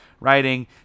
writing